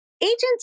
Agents